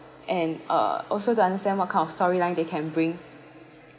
and uh also to understand what kind of storyline they can bring